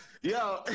Yo